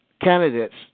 candidates